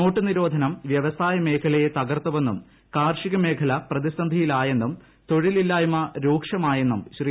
note നിരോധനം വ്യവസായമേഖലയെ തകർത്തുവെന്നും കാർഷിക മേഖല പ്രതിസന്ധിയിലായെന്നും തൊഴിലില്ലായ്മ രൂക്ഷമ്പാട്ടെന്നും ശ്രീ